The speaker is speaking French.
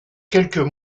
quelques